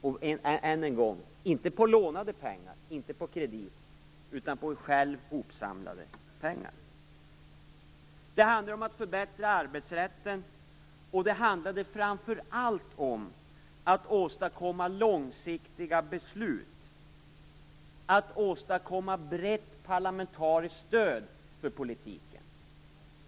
Och - än en gång - det skulle inte vara lånade pengar, inte kredit, utan egna hopsamlade pengar. Det handlade om att förbättra arbetsrätten, och det handlade framför allt om att åstadkomma långsiktiga beslut, att åstadkomma ett brett parlamentariskt stöd för politiken.